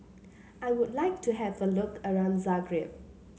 I would like to have a look around Zagreb